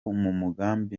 umugambi